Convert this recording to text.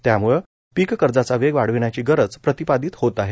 त्यामुळे पीक कर्जाचा वेग वाढविण्याची गरज प्रतिपादीत होत आहे